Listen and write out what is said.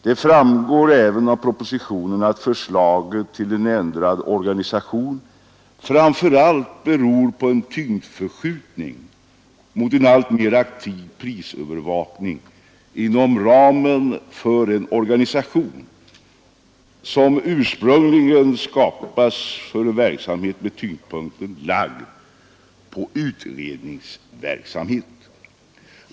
Av propositionen framgår även att förslaget till ändrad organisation framför allt beror på en tyngdförskjutning i riktning mot en alltmer aktiv prisövervakning inom ramen för den organisation som ursprungligen skapats för en verksamhet med tyngdpunkten lagd på utredningsverksamhet.